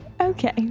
Okay